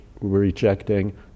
rejecting